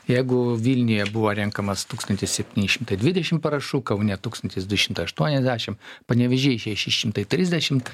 jeigu vilniuje buvo renkamas tūkstantis septyni šimtai dvidešim parašų kaune tūkstantis du šimtai aštuoniasdešim panevėžy šeši šimtai trisdešimt